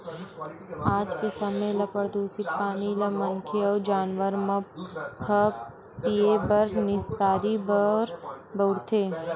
आज के समे म परदूसित पानी ल मनखे अउ जानवर मन ह पीए बर, निस्तारी बर बउरथे